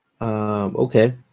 Okay